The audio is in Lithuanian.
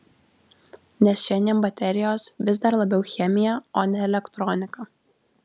nes šiandien baterijos vis dar labiau chemija o ne elektronika